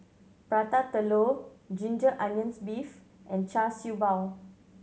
Prata Telur ginger onions beef and Char Siew Bao